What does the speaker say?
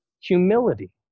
humility